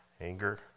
Anger